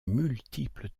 multiples